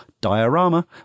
diorama